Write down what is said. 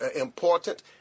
important